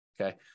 okay